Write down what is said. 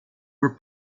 were